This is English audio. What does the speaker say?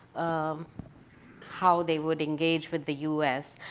um how they would engage with the us.